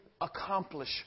accomplish